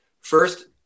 first